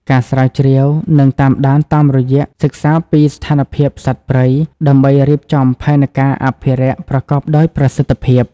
ការស្រាវជ្រាវ និងតាមដានតាមរយៈ សិក្សាពីស្ថានភាពសត្វព្រៃ ដើម្បីរៀបចំផែនការអភិរក្សប្រកបដោយប្រសិទ្ធភាព។